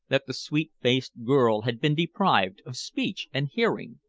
that the sweet-faced girl had been deprived of speech and hearing?